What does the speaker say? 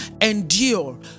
endure